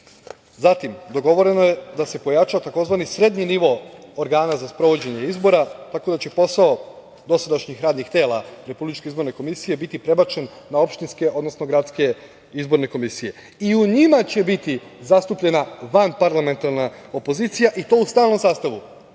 lista. Zatim, dogovoreno je da se pojača tzv. srednji nivo organa za sprovođenje izbora, tako da će posao dosadašnjih radnih tela RIK-a biti prebačen na opštinske, odnosno gradske izborne komisije. I u njima će biti zastupljena vanparlamentarna opozicija i to u stalnom sastavu,